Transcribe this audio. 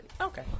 Okay